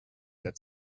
that